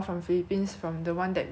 even more like beefy